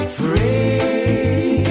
free